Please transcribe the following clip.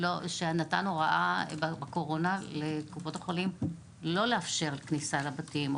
שנתן הוראה בקורונה לקופות החולים לא לאפשר כניסה לבתים,